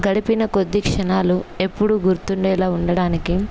గడిపిన కొద్ది క్షణాలు ఎప్పుడూ గుర్తుండేలా ఉండడానికి